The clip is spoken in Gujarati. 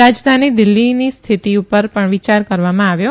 રાજધાની દિલ્ફીની સ્થિતિ પર પણ વિયાર કરવામાં આવ્યો